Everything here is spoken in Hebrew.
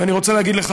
ואני רוצה להגיד לך,